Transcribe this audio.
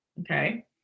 okay